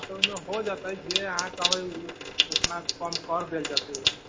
ओहिमे हो जेतै जे अहाँ कहबै ओ उतना कम करि देल जेतै ओहिमे